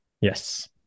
Yes